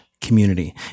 community